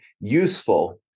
useful